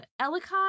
Ellicott